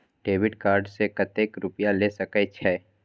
Debit card से कतेक रूपया ले सके छै?